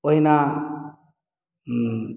ओहिना